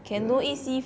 ya